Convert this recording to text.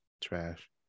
Trash